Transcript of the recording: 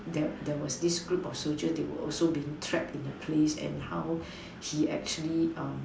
there there was this group soldiers they were also being trapped in a place and how he actually um